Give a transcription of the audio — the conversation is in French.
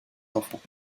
enfants